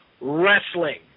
wrestling